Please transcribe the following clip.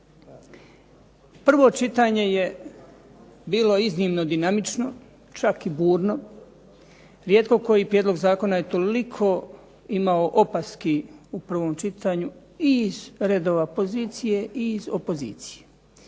Prvo čitanje je bilo iznimno dinamično, čak i burno. Rijetko koji prijedlog zakona je toliko imao opaski u prvom čitanju, i iz redova pozicije, i iz opozicije.